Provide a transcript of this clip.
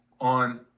on